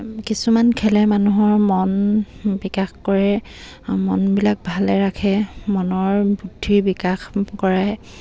কিছুমান খেলে মানুহৰ মন বিকাশ কৰে মনবিলাক ভালে ৰাখে মনৰ বুদ্ধিৰ বিকাশ কৰায়